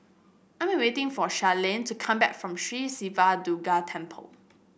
I am waiting for Charlene to come back from Sri Siva Durga Temple